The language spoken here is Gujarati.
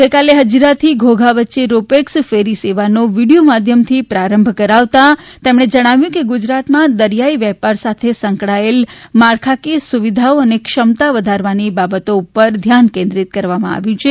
ગઈકાલે હજીરાથી ધોધા વચ્ચે રોપેક્ષ ફેરી સેવાનો વિડીયો માધ્યમથી પ્રારંભ કરાવતા તેમણે જણાવ્યું હતું કે ગુજરાતમાં દરિયાઇ વેપાર સાથે સંકળાયેલ માળખાકીય સુવિધાઓ અને ક્ષમતા વધારવાની બાબતો ઉપર ધ્યાન કેન્દ્રિત કરવામાં આવ્યું છે